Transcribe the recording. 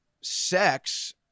Sex